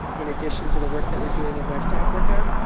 in addition to the work that we're doing in west africa.